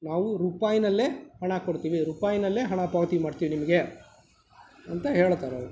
ನಾವು ರೂಪಾಯ್ನಲ್ಲೆ ಹಣ ಕೊಡ್ತೀವಿ ರೂಪಾಯ್ನಲ್ಲೆ ಹಣ ಪಾವತಿ ಮಾಡ್ತೀವಿ ನಿಮಗೆ ಅಂತ ಹೇಳ್ತಾರೆ ಅವರು